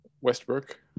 Westbrook